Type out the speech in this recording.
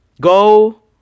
Go